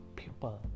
people